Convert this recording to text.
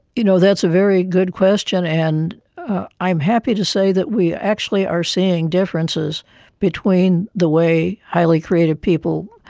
you know, that's a very good question and i'm happy to say that we actually are seeing differences between the way highly creative people,